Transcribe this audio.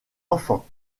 enfant